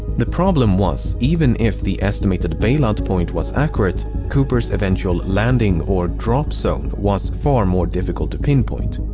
the problem was, even if the estimated bailout point was accurate, cooper's eventual landing or drop zone was far more difficult to pinpoint.